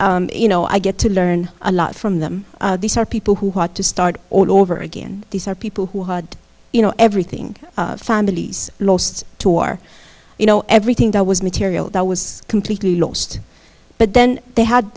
e you know i get to learn a lot from them these are people who had to start all over again these are people who had you know everything families lost to war you know everything that was material that was completely lost but then they had